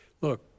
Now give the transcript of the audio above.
Look